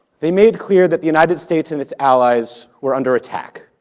they made clear that the united states and its allies were under attack,